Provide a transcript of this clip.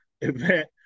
event